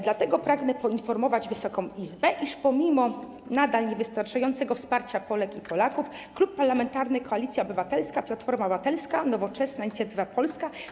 Dlatego pragnę poinformować Wysoką Izbę, iż pomimo nadal niewystarczającego wsparcia Polek i Polaków Klub Parlamentarny Koalicja Obywatelska - Platforma Obywatelska - Nowoczesna, Inicjatywa Polska,